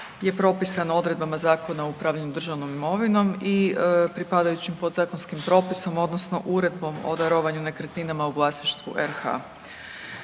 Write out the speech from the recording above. je propisano odredbama Zakona o upravljanju državnom imovinom i pripadajućim podzakonskim propisom odnosno Uredbom o darovanju nekretninama u vlasništvu RH.